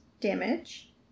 damage